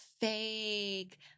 fake